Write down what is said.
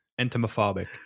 Entomophobic